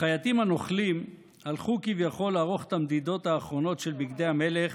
החייטים הנוכלים הלכו כביכול לערוך את המדידות האחרונות של בגדי המלך,